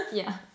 yeah